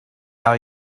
are